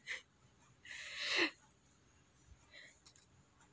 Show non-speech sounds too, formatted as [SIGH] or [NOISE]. [LAUGHS]